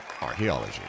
Archaeology